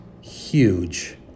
huge